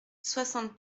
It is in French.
soixante